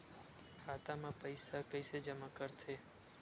खाता म पईसा कइसे जमा करथे?